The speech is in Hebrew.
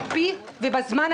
תביאו חלופה.